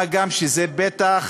מה גם שזה פתח